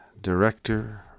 director